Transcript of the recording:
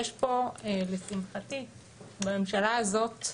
יש פה לשמחתי בממשלה הזאת,